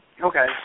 Okay